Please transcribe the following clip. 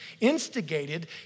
instigated